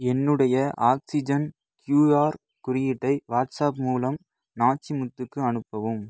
என்னுடைய oxygen QR குறியீட்டை WhatsApp மூலம் நாச்சிமுத்துவுக்கு அனுப்பவும்